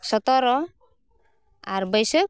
ᱥᱚᱛᱮᱨᱚ ᱟᱨ ᱵᱟᱹᱭᱥᱟᱹᱠᱷ